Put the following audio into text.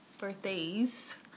Birthdays